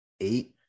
eight